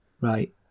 right